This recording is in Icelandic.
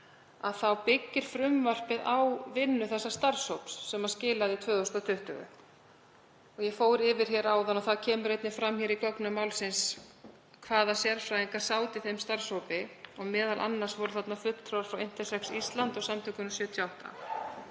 byggist frumvarpið á vinnu starfshópsins sem skilaði 2020. Ég fór yfir það hér áðan, og það kemur einnig fram í gögnum málsins, hvaða sérfræðingar sátu í þeim starfshópi. Meðal annars voru þarna fulltrúar frá Intersex Ísland og Samtökunum '78.